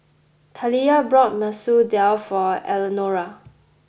Taliyah bought Masoor Dal for Eleanora